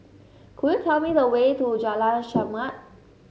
could you tell me the way to Jalan Chermat